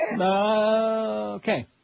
Okay